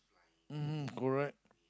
mmhmm correct